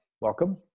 Welcome